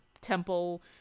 temple